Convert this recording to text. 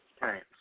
right